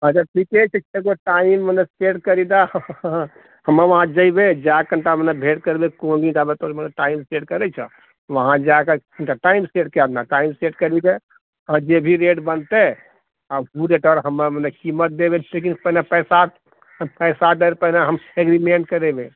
अच्छा ठीके छै से टाइम मने सेट करी दऽ हम वहांँ जेबए जाकऽ कनीटा भेंट करबै टाइम सेट करै छह वहांँ जा कऽ कनीटा टाइम सेट कए दऽ टाइम सेट करिके आओर जे भी रेट बनतै आ हमर मतलब कीमत पैसा दएसँ पहिने हम अग्रीमेंट करेबै